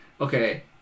okay